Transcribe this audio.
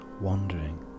wandering